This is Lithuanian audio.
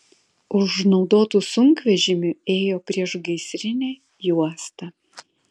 už naudotų sunkvežimių ėjo priešgaisrinė juosta